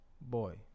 Boy